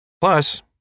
Plus